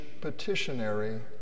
petitionary